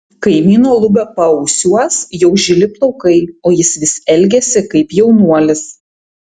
kaimyno lubio paausiuos jau žili plaukai o jis vis elgiasi kaip jaunuolis